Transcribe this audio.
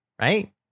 right